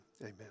amen